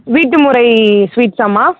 வீட்டுமுறை ஸ்வீட்ஸ்ஸாம்மா